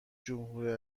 جمهور